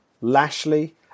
Lashley